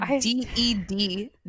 D-E-D